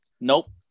Nope